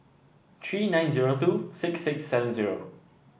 three nine zero two six six seven zero